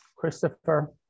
Christopher